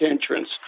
entrance